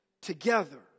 together